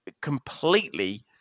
completely